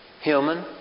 human